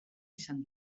izan